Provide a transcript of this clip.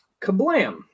Kablam